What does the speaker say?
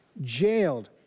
jailed